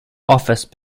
office